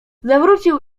zawrócił